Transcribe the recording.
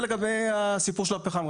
זה לגבי הסיפור של הפחם.